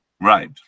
right